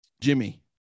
jimmy